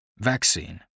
Vaccine